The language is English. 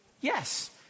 Yes